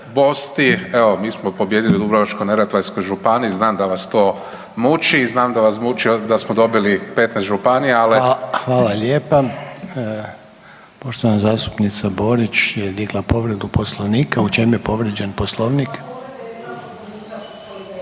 bosti, evo mi smo pobijedili u Dubrovačko-neretvanskoj županiji znam da vas to muči i znam da vas muči da smo dobili 15 županija ali evo. **Reiner, Željko (HDZ)** Hvala lijepa. Poštovana zastupnica Borić je digla povredu Poslovnika. U čemu je povrijeđen Poslovnik?